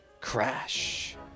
crash